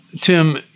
Tim